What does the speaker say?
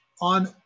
on